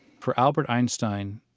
for albert einstein,